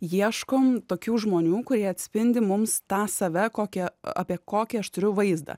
ieškom tokių žmonių kurie atspindi mums tą save kokią apie kokį aš turiu vaizdą